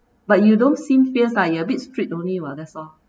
but you don't seem fierce lah you a bit strict only lah that's all